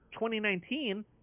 2019